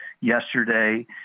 yesterday